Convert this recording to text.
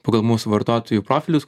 pagal mūsų vartotojų profilius